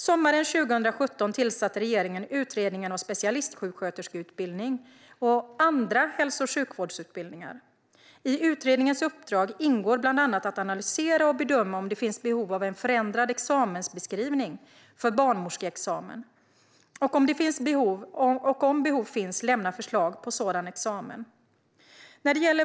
Sommaren 2017 tillsatte regeringen utredningen om specialistsjuksköterskeutbildning och vissa andra hälso och sjukvårdsutbildningar. I utredningens uppdrag ingår bland annat att analysera och bedöma om det finns behov av en förändrad examensbeskrivning för barnmorskeexamen och, om behov finns, lämna förslag på en sådan examen.